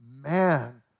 man